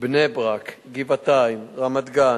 בני-ברק, גבעתיים, רמת-גן,